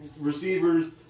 receivers